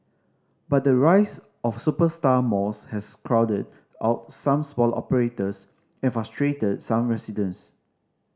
but the rise of superstar malls has crowded out some smaller operators and frustrated some residents